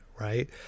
right